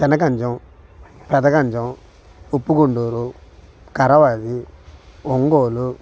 Janaganjam Pedaganjam Uppugunduru Karavali Ongole